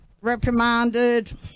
reprimanded